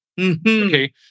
Okay